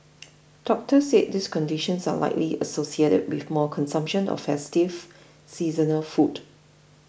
doctors said these conditions are likely associated with more consumption of festive seasonal food